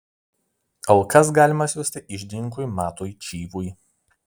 aukas galima siųsti iždininkui matui čyvui